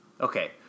Okay